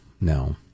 no